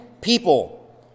people